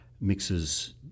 mixes